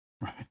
right